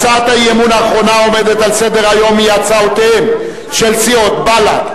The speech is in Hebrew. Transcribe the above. הצעת האי-אמון האחרונה העומדת על סדר-היום היא הצעתן של סיעות בל"ד,